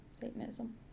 Satanism